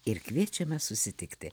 ir kviečiame susitikti